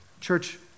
church